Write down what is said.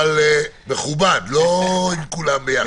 אבל מכובד, לא עם כולם ביחד.